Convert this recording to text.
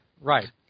Right